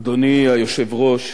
אדוני היושב-ראש,